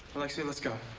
alexia, let's go.